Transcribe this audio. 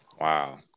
Wow